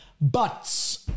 buts